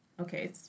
Okay